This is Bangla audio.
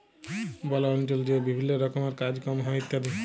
বল অল্চলে যে বিভিল্ল্য রকমের কাজ কম হ্যয় ইত্যাদি